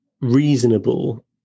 reasonable